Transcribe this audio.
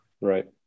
right